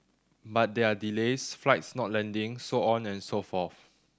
but there are delays flights not landing so on and so forth